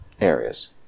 areas